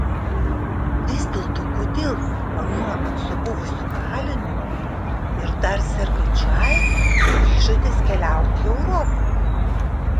vis dėlto kodėl anuomet su buvusiu kaliniu ir dar sergančiu aids ryžotės keliauti į europą